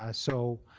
ah so,